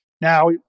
Now